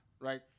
right